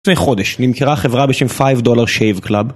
אחרי חודש, נמכרה חברה בשם Five Dollar Shave Club